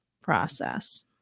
process